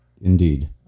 Indeed